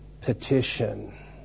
petition